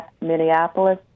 Minneapolis